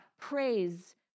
praise